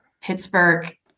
Pittsburgh